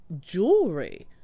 jewelry